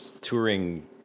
touring